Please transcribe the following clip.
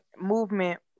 movement